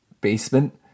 basement